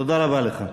תודה רבה לך.